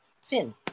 sin